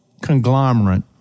conglomerate